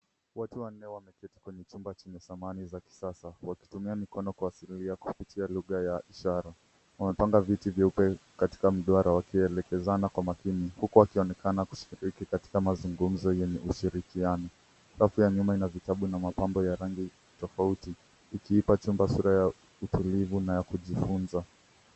Watu wanne wamekiti kwenye chumba chenye samani za kisasa, wakitumia mikono kuwasiliana kupitia lugha ya ishara. Wamepanga viti vyeupe katika mduara wakielekezana kwa makini, huko wakionekana kushiriki katika mazungumzo yenye ushirikiano. Rafu ya nyuma ina vitabu na mapambo ya rangi tofauti ikiipa chumba sura ya utulivu na ya kujifunza.